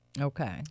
Okay